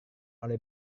oleh